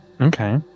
Okay